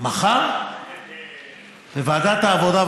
מחר בוועדת העבודה.